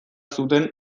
zuten